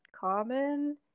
common